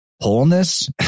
wholeness